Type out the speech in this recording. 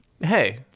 Hey